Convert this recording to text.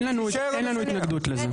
אין לנו התנגדות לזה.